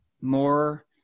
more